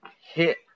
hit